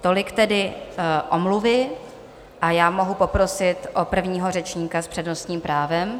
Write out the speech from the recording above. Tolik tedy omluvy a já mohu poprosit o prvního řečníka s přednostním právem.